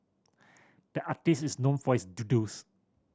the artist is known for his doodles